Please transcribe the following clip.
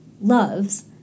loves